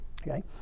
Okay